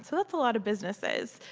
so that's a lot of businesses.